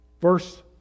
Verse